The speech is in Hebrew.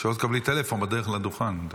שלא תקבלי טלפון בדרך לדוכן.